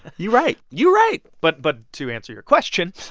you right, you right. but but to answer your question,